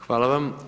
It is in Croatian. Hvala vam.